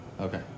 okay